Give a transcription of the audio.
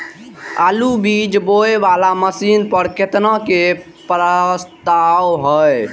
आलु बीज बोये वाला मशीन पर केतना के प्रस्ताव हय?